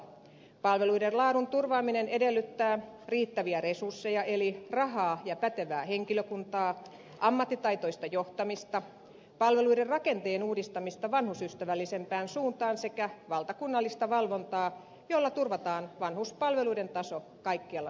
palveluiden laadun turvaaminen edellyttää riittäviä resursseja eli rahaa ja pätevää henkilökuntaa ammattitaitoista johtamista palveluiden rakenteen uudistamista vanhusystävällisempään suuntaan sekä valtakunnallista valvontaa jolla turvataan vanhuspalveluiden taso kaikkialla suomessa